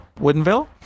woodenville